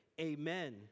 Amen